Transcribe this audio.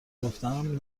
گفتهام